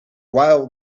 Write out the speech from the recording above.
while